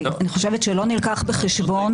כי אני חושבת שלא נלקח בחשבון,